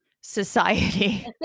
society